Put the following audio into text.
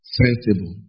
sensible